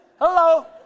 Hello